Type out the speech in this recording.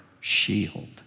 shield